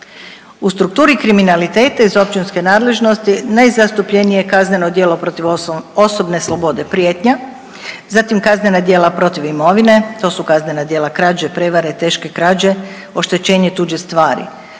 U strukturi kriminaliteta iz općinske nadležnosti najzastupljenije kazneno djelo protiv osobne slobode prijetnje, zatim kaznena djela protiv imovine. To su kaznena djela krađe, prevare, teške krađe, oštećenje tuđe stvari,